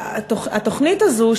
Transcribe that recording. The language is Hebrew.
התוכנית הזאת,